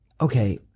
okay